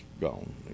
gone